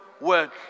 work